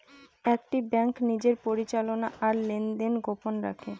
একটি ব্যাঙ্ক নিজের পরিচালনা আর লেনদেন গোপন রাখে